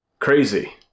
crazy